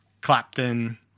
Clapton